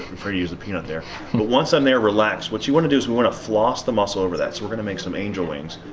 to use the peanut there but once i'm there relaxed what you wanna do is we wanna floss the muscle over that. so we're gonna make some angel wings.